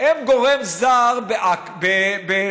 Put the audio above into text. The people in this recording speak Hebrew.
הם גורם זר בשועפאט,